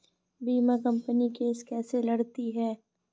बीमा company case कैसे लड़ती है?